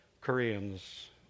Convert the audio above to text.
Koreans